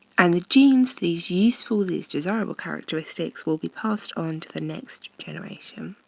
and the genes, these useful, these desirable characteristics will be passed on to the next generation.